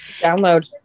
Download